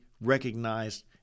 recognized